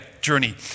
journey